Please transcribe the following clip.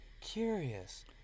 curious